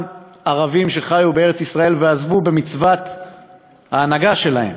ערבים שחיו בארץ-ישראל ועזבו במצוות ההנהגה שלהם,